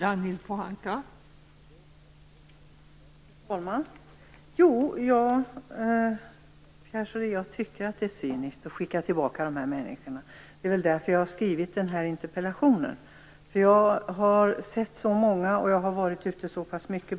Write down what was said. Fru talman! Jo, Pierre Schori, jag tycker att det är cyniskt att skicka tillbaka de här människorna. Det är därför jag har skrivit den här interpellationen. Jag har sett så många och varit ute så pass mycket.